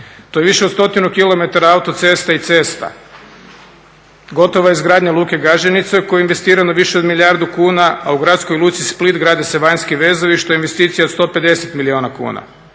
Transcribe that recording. To je više od 100 km autocesta i cesta. Gotova je izgradnja Luke Gaženica u koju je investirano više od milijardu kuna, a u Gradskoj luci Split grade se vanjski vezovi što je investicija od 150 milijuna kuna.